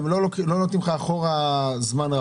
גם לא נותנים לך אחורה זמן רב.